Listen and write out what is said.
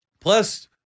plus